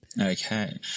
Okay